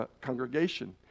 congregation